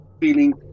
feeling